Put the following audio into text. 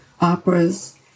operas